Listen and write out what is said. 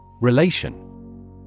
Relation